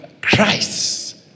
Christ